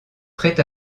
prêtes